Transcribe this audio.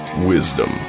Wisdom